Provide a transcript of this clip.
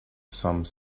some